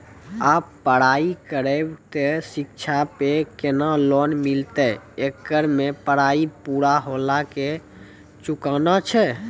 आप पराई करेव ते शिक्षा पे केना लोन मिलते येकर मे पराई पुरा होला के चुकाना छै?